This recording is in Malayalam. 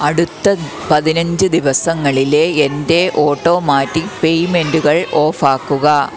അടുത്ത പതിനഞ്ച് ദിവസങ്ങളിലെ എൻ്റെ ഓട്ടോമാറ്റിക് പേയ്മെൻ്റുകൾ ഓഫാക്കുക